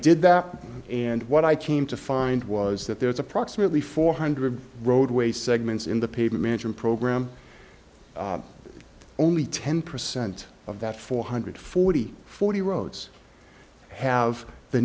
did that and what i came to find was that there's approximately four hundred roadway segments in the paper management program only ten percent of that four hundred forty forty roads have the